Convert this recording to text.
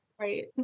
Right